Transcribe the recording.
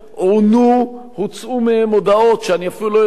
הוצאו מהם הודאות שאני אפילו לא יודע אם הן נכונות,